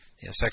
second